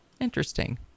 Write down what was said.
Interesting